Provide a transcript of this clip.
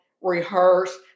rehearse